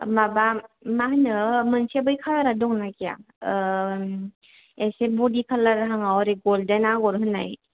माबा मा होनो मोनसे बै कालारा दं ना गैया एसे बदि कालारहांआव ओरै गलदेन आगर होनाय